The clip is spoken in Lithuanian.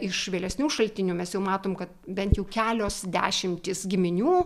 iš vėlesnių šaltinių mes jau matom kad bent jau kelios dešimtys giminių